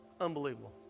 Unbelievable